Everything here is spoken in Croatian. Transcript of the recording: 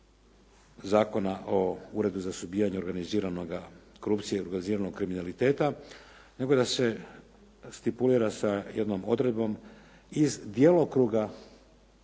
Zakona o Uredu za suzbijanje organiziranoga, korupcije i organiziranog kriminaliteta nego da se stipulira sa jednom odredbom iz djelokruga